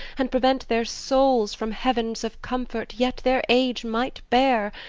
and prevent their souls from heavens of comfort yet their age might bear,